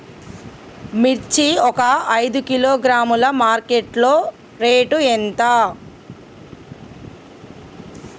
మిర్చి ఒక ఐదు కిలోగ్రాముల మార్కెట్ లో రేటు ఎంత?